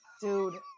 Dude